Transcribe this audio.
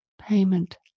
payment